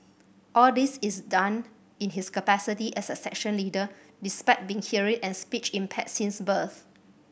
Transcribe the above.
all this is done in his capacity as a section leader despite being hearing and speech impaired since birth